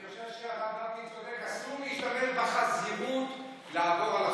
שהנושא המרכזי שבו אני מטפל בימים אלה זה נושא תאונות הבנייה.